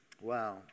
wow